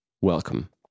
welcome